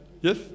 Yes